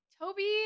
Toby